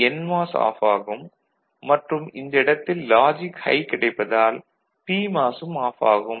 NMOS off ஆகும் மற்றும் இந்த இடத்தில் லாஜிக் ஹை கிடைப்பதால் பிமாஸ் ம் ஆஃப் ஆகும்